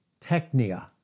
Technia